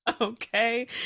okay